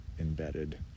embedded